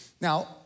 Now